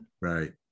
Right